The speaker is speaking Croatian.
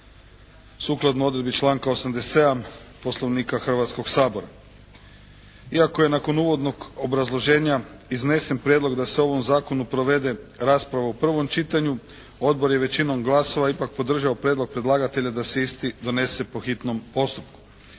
sukladno odredbi članka 87. Poslovnika Hrvatskog sabora. Iako je nakon uvodnog obrazloženja iznesen prijedlog da se o ovom zakonu provede rasprava u prvom čitanju Odbor je većinom glasova ipak podržao prijedlog predlagatelja da se isti donese po hitnom postupku.